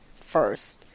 first